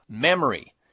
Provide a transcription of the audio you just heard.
memory